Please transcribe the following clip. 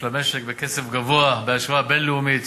של המשק בקצב גבוה בהשוואה בין-לאומית.